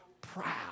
proud